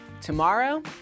Tomorrow